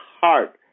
heart